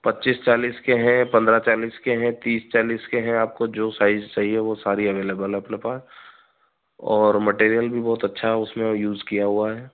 पच्चीस चालीस के हैं पंद्रह चालीस के हैं तीस चालीस के हैं आपको जो साइज़ चाहिए वह सारी अवेलेबल है अपने पास और मटेरियल भी बहुत अच्छा है उसमें यूज़ किया हुआ है